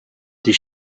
des